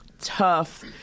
tough